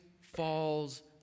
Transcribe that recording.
falls